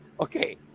Okay